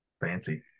Fancy